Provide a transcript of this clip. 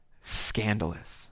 scandalous